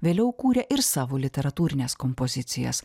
vėliau kūrė ir savo literatūrines kompozicijas